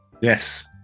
Yes